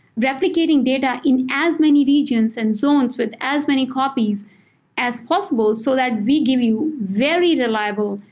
replicating data in as many regions and zones with as many copies as possible so that we give you very reliable,